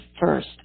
first